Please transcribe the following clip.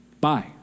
bye